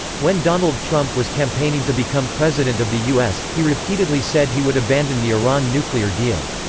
when donald trump was campaigning to become president of the us, he repeatedly said he would abandon the iran nuclear deal.